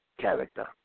character